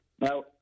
Now